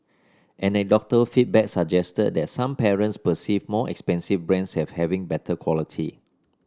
anecdotal feedback suggested that some parents perceive more expensive brands as having better quality